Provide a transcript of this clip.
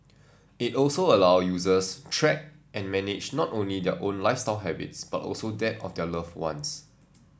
it also allow users track and manage not only their own lifestyle habits but also that of their loved ones